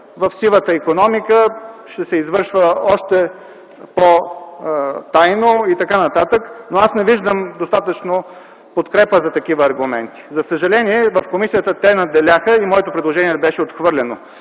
в сивата икономика, ще се извършва още по-тайно и т.н. Аз не виждам достатъчно подкрепа за такива аргументи. За съжаление, в комисията те надделяха и моето предложение беше отхвърлено.